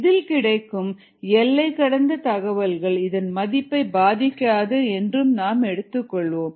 இதில் கிடைக்கும் எல்லைகடந்த தகவல்கள் இதன் மதிப்பை பாதிக்காது என்று நாம் எடுத்துக் கொள்வோம்